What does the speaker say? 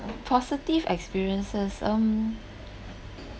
positive experiences um